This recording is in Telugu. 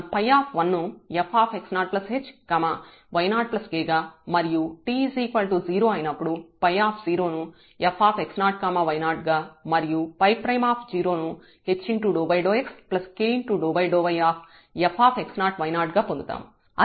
కాబట్టి మనం 𝜙 ను fx0h y0k గా మరియు t 0 అయినప్పుడు 𝜙 ను fx0 y0 గా మరియు 𝜙ను h∂xk∂yfx0 y0 గా పొందుతాము